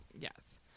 Yes